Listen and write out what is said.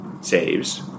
saves